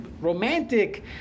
romantic